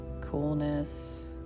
coolness